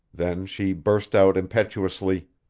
then she burst out impetuously